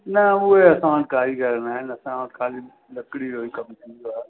न उहे असां वटि कारीगर न आहिनि असां वटि खाली लकड़ी जो ई कम थींदो आहे